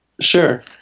Sure